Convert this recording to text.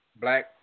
Black